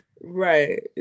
Right